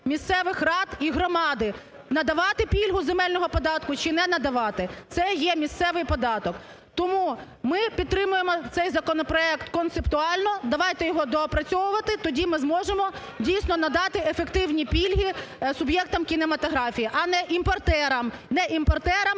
місцевих рад і громади – надавати пільгу земельного податку чи не надавати. Це є місцевий податок. Тому ми підтримуємо цей законопроект концептуально. Давайте його доопрацьовувати, тоді ми зможемо, дійсно, надати ефективні пільги суб'єктам кінематографії, а не імпортерами, не імпортерам